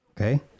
Okay